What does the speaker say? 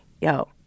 Yo